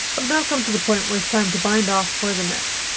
i've now come to the point where it's time to bind off for the neck.